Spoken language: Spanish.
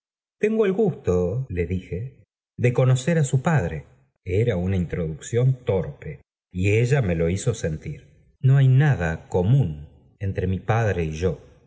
tengo el gusto le dije de conocer á su pajara una introducción torpe y ella me lo hizo sentir común entre mi padre y yo